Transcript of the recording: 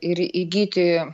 ir įgyti